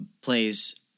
plays